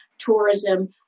tourism